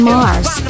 Mars